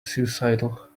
suicidal